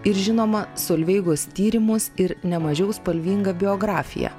ir žinoma solveigos tyrimus ir ne mažiau spalvingą biografiją